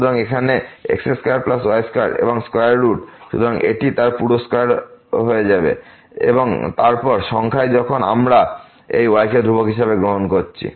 সুতরাং এখানে x2y2 এবং স্কয়াররুট সুতরাং এটি তার পুরো স্কয়ার হবে এবং তারপর সংখ্যায় যখন আমরা এই y কে ধ্রুবক হিসাবে গ্রহণ করি